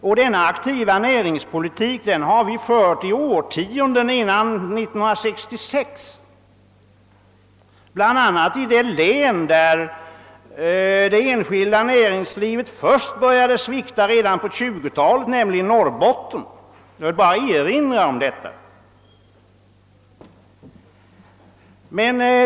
Sådan aktiv näringspolitik har vi för övrigt fört redan i årtionden före år 1966, bl.a. i det län där det enskilda näringslivet först började svikta så tidigt som på 1920-talet, nämligen i Norrbotten. Jag vill här bara erinra om detta.